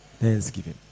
thanksgiving